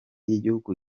y’igihugu